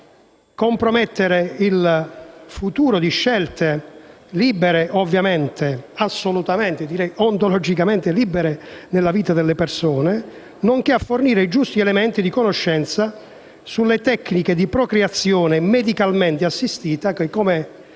a noi tutti - compromettere il futuro di scelte ontologicamente libere nella vita delle persone, nonché a fornire i giusti elementi di conoscenza sulle tecniche di procreazione medicalmente assistita, che